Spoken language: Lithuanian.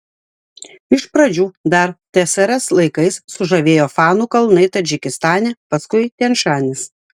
iš pradžių dar tsrs laikais sužavėjo fanų kalnai tadžikistane paskui tian šanis